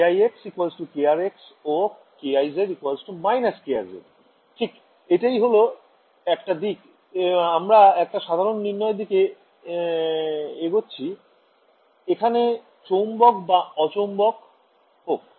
kix krx ও kiz − krz ঠিক এটাই হল একটা দিক আমরা একটা সাধারণ নির্ণয়ের দিকে এগচ্ছি এখানে চৌম্বক বা অচৌম্বক হোক